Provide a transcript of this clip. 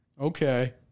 Okay